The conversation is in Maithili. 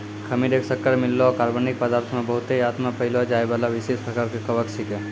खमीर एक शक्कर मिललो कार्बनिक पदार्थ मे बहुतायत मे पाएलो जाइबला विशेष प्रकार के कवक छिकै